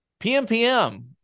PMPM